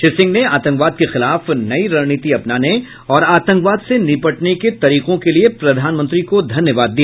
श्री सिंह ने आतंकवाद के खिलाफ नई रणनीति अपनाने और आतंकवाद से निपटने के तरीकों के लिए प्रधानमंत्री को धन्यवाद दिया